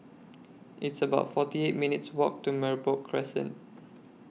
It's about forty eight minutes' Walk to Merbok Crescent